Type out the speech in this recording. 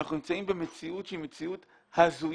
אנחנו נמצאים במציאות שהיא מציאות הזויה.